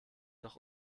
doch